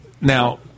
Now